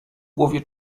głowie